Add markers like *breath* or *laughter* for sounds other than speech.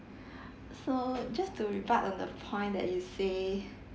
*breath* so just to rebut on the point that you say